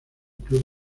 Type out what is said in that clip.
club